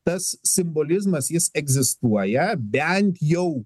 tas simbolizmas jis egzistuoja bent jau